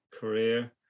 career